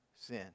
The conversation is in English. sin